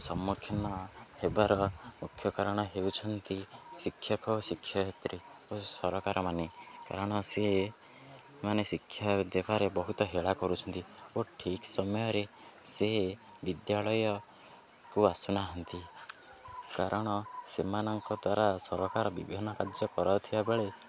ସମ୍ମୁଖୀନ ହେବାର ମୁଖ୍ୟ କାରଣ ହେଉଛନ୍ତି ଶିକ୍ଷକ ଓ ଶିକ୍ଷୟିତ୍ରୀ ଓ ସରକାରମାନେ କାରଣ ସିଏ ମାନେ ଶିକ୍ଷା ଦେବାରେ ବହୁତ ହେଳା କରୁଛନ୍ତି ଓ ଠିକ୍ ସମୟରେ ସିଏ ବିଦ୍ୟାଳୟକୁ ଆସୁନାହାନ୍ତି କାରଣ ସେମାନଙ୍କ ଦ୍ୱାରା ସରକାର ବିଭିନ୍ନ କାର୍ଯ୍ୟ କରାଉଥିବା ବେଳେ